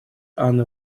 анны